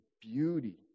beauty